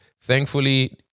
thankfully